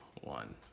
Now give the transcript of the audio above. One